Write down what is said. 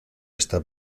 está